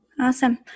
awesome